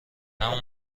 همون